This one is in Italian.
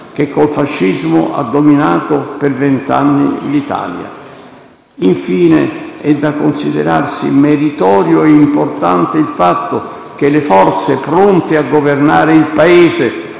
che con il fascismo ha dominato per vent'anni l'Italia. Infine è da considerarsi meritorio e importante il fatto che le forze pronte a governare il Paese